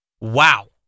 Wow